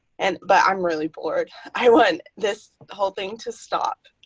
and but i'm really bored. i want this whole thing to stop.